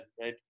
right